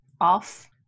off